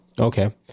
okay